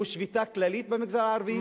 הוא יום שביתה כללית במגזר הערבי,